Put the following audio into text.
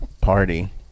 party